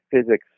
physics